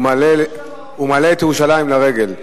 הוא מעלה את ירושלים לרגל.